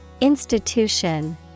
Institution